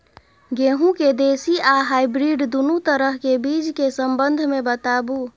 गेहूँ के देसी आ हाइब्रिड दुनू तरह के बीज के संबंध मे बताबू?